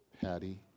Patty